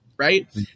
right